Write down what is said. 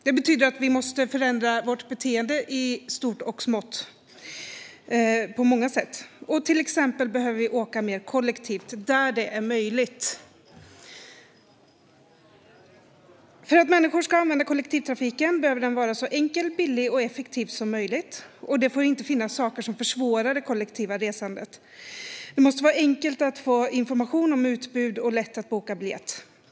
Det betyder att vi måste förändra vårt beteende i stort och smått på många sätt, till exempel behöver vi åka mer kollektivt där det är möjligt. För att människor ska använda kollektivtrafiken behöver den vara så enkel, billig och effektiv som möjligt, och det får inte finnas saker som försvårar det kollektiva resandet. Det måste vara enkelt att få information om utbud och lätt att boka biljett.